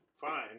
fine